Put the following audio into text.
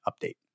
update